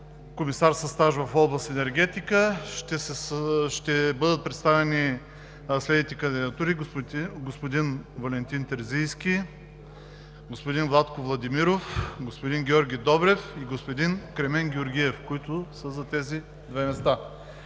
комисар със стаж в област енергетика. Ще бъдат представени следните кандидатури: господин Валентин Терзийски, господин Владко Владимиров, господин Георги Добрев и господин Кремен Георгиев, които са за тези две места.